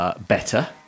better